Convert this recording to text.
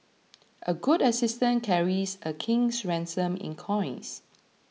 a good assistant carries a king's ransom in coins